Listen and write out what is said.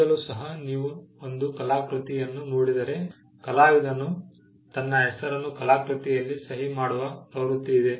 ಈಗಲೂ ಸಹ ನೀವು ಒಂದು ಕಲಾಕೃತಿಯನ್ನು ನೋಡಿದರೆ ಕಲಾವಿದನು ತನ್ನ ಹೆಸರನ್ನು ಕಲಾಕೃತಿಯಲ್ಲಿ ಸಹಿ ಮಾಡುವ ಪ್ರವೃತ್ತಿ ಇದೆ